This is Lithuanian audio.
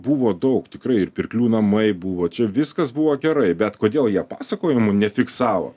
buvo daug tikrai ir pirklių namai buvo čia viskas buvo gerai bet kodėl jie pasakojimų nefiksavo